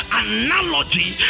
analogy